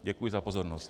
Děkuji za pozornost.